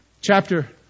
chapter